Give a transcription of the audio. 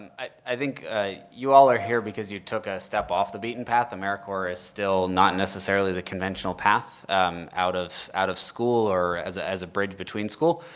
um i think you all are here because you took a step off the beaten path. americorps is still not necessarily the conventional path out of out of school or as ah as a bridge between school.